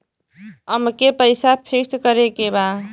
अमके पैसा फिक्स करे के बा?